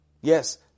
Yes